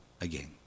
again